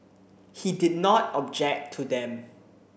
he did not object to them